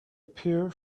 appear